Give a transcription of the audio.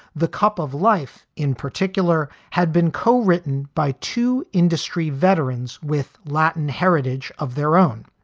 the cup of life, in particular, had been co-written by two industry veterans with latin heritage of their own.